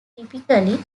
typically